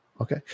okay